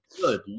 good